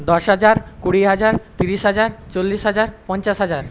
দশ হাজার কুড়ি হাজার তিরিশ হাজার চল্লিশ হাজার পঞ্চাশ হাজার